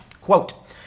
Quote